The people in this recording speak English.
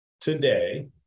today